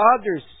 others